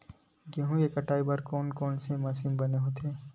गेहूं के कटाई बर कोन कोन से मशीन बने होथे?